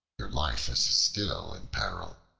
your life is still in peril.